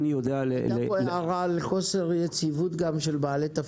הייתה פה הערה על חוסר יציבות גם של בעלי תפקידים.